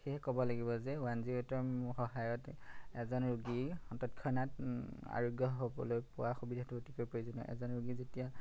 সেয়েহে ক'ব লাগিব যে ওৱান জিৰ' এইটৰ সহায়ত এজন ৰোগী তৎক্ষণাত আৰোগ্য হ'বলৈ পোৱা সুবিধাটো অতিকৈ প্ৰয়োজনীয় এজন ৰোগী যেতিয়া